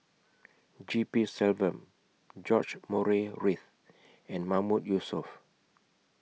G P Selvam George Murray Reith and Mahmood Yusof